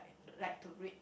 like to read